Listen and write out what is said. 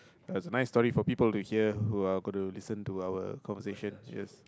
is a nice story for people to hear who are going to listen to our conversation yes